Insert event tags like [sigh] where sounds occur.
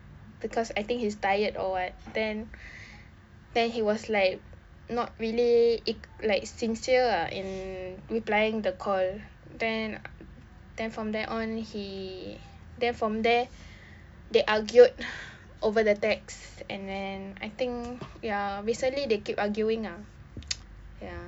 because I think he's tired or what then then he was like not really ig~ like sincere lah in replying the call then um then from then on he then from there they argued [noise] over the text and then I think ya recently they keep arguing ah [noise] ya and a row it's just that I like